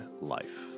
life